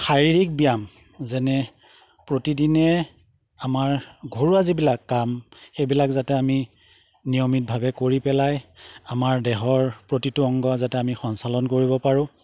শাৰীৰিক ব্যায়াম যেনে প্ৰতিদিনে আমাৰ ঘৰুৱা যিবিলাক কাম সেইবিলাক যাতে আমি নিয়মিতভাৱে কৰি পেলাই আমাৰ দেহৰ প্ৰতিটো অংগ যাতে আমি সঞ্চালন কৰিব পাৰো